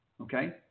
Okay